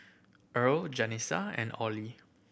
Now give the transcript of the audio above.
Irl Janessa and Orley